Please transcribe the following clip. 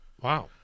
Wow